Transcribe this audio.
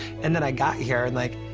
and then i got here, and, like,